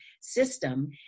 system